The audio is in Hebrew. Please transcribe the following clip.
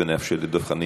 ונאפשר לדב חנין,